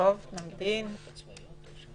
שמעתי גם את חבריי בקואליציה,